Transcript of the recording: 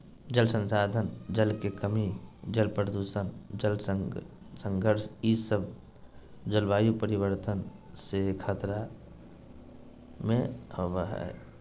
जल संसाधन, जल के कमी, जल प्रदूषण, जल संघर्ष ई सब जलवायु परिवर्तन से खतरा में हइ